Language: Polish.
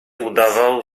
udawał